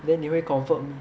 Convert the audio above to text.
then 你会 comfort me